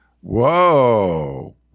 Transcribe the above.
Whoa